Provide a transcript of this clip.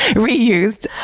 reused,